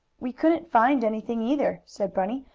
we couldn't find anything, either, said bunny,